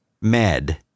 Med